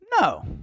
No